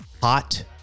Hot